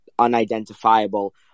unidentifiable